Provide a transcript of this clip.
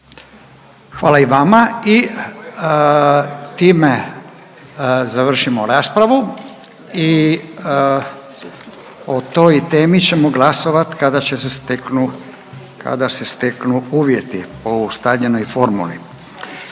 Hvala i vama. I time završimo raspravu i o toj temi ćemo glasovat kada će se steknu, kada se steknu uvjeti po ustaljenoj formuli.